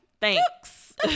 Thanks